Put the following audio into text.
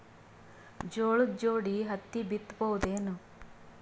ಜೋಳದ ಜೋಡಿ ಹತ್ತಿ ಬಿತ್ತ ಬಹುದೇನು?